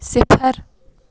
صِفر